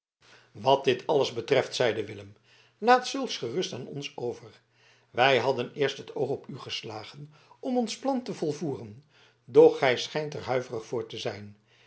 wat dit alles betreft zeide willem laat zulks gerust aan ons over wij hadden eerst het oog op u geslagen om ons plan te volvoeren doch gij schijnt er huiverig voor te zijn